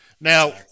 Now